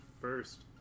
first